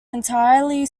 entirely